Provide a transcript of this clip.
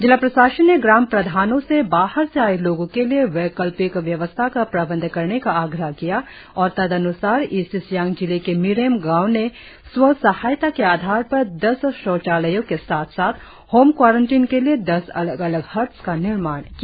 जिला प्रशासन ने ग्राम प्रधानों से बाहर से आए लोगों के लिए वैकल्पिक व्यवस्था का प्रबंध करने का आग्रह किया और तदनुसार ईस्ट सियांग जिले के मिरेम गांव ने स्व सहायता के आधार पर दस शौचालयों के साथ साथ होम क्वारंटिन के लिए दस अलग अलग हट्स का निर्माण किया